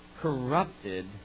corrupted